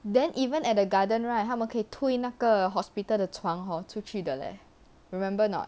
then even at the garden right 他们可以推那个 hospital 的床 hor 出去的 leh remember or not